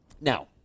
Now